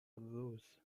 روز